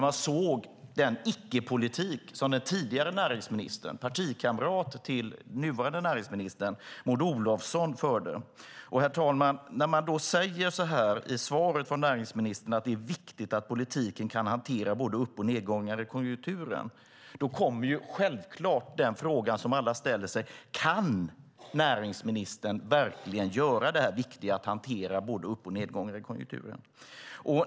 Man såg ju den icke-politik som den tidigare näringsministern - partikamrat till nuvarande näringsministern, nämligen Maud Olofsson - förde. Herr talman! När det i svaret från näringsministern sägs att det är viktigt att politiken kan hantera både upp och nedgångar i konjunkturen kommer självklart den fråga som alla ställer sig: Kan näringsministern verkligen göra detta viktiga, alltså hantera både upp och nedgångar i konjunkturen?